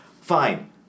fine